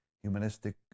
Humanistic